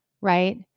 right